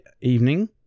evening